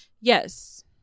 Yes